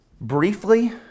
briefly